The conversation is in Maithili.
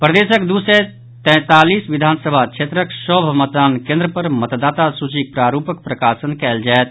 प्रदेशक दू सय तैंतालीस विधानसभा क्षेत्रक सभ मतदान केन्द्र पर मतदाता सूचीक प्रारूपक प्रकाशन कयल जायत